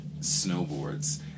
snowboards